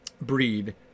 breed